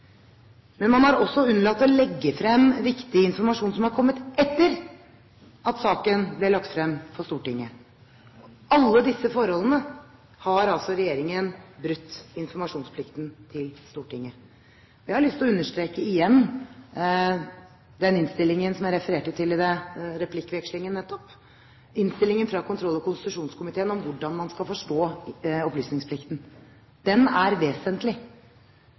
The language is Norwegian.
Men man har også unnlatt å legge frem viktig informasjon som har kommet etter at saken ble lagt frem for Stortinget. I alle disse forholdene har altså regjeringen brutt informasjonsplikten overfor Stortinget. Jeg har lyst til igjen å vektlegge den innstillingen som jeg refererte til i replikkordvekslingen nettopp, innstillingen fra kontroll- og konstitusjonskomiteen om hvordan man skal forstå opplysningsplikten. Den er vesentlig.